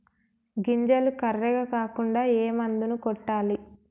గింజలు కర్రెగ కాకుండా ఏ మందును కొట్టాలి?